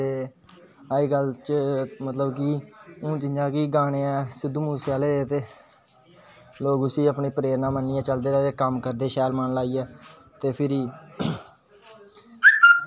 ते अजकल ते मतलब कि हून जियां कि गाने सिद्धु मुसेआले दे ते लोक उसी अपना प्रेरणा मनिये चलदे ते कम् करदे शैल मन लाइयै ते फिरी